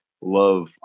love